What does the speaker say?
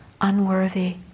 unworthy